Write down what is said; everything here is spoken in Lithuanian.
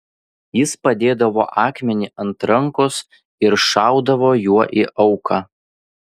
jis padėdavo akmenį ant rankos ir šaudavo juo į auką